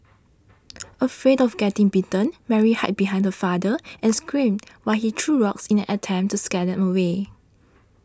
afraid of getting bitten Mary hide behind her father and screamed while he threw rocks in an attempt to scare them away